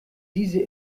diese